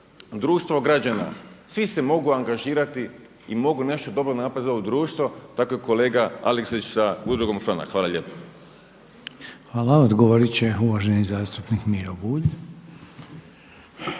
društvo građana, svi se mogu angažirati i mogu nešto dobro napraviti za ovo društvo tako i kolega Aleksić sa Udrugom „Franak“. Hvala lijepo. **Reiner, Željko (HDZ)** Hvala. Odgovorit će uvaženi zastupnik Miro Bulj.